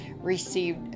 received